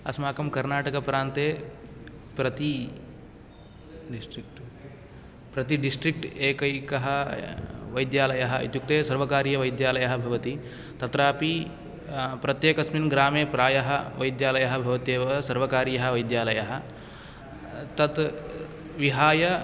अस्माकं कर्णाटकप्रान्ते प्रति डिस्ट्रिक्ट् प्रति डिस्ट्रिक्ट् एकैकः वैद्यालयः इत्युक्ते सर्वकारीयवैद्यालयः भवति तत्रापि प्रत्येकस्मिन् ग्रामे प्रायः वैद्यालयः भवत्येव सर्वकारीय वैद्यालयः तत् विहाय